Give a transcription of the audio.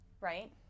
Right